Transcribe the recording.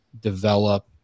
develop